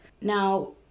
Now